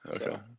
Okay